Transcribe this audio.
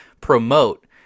promote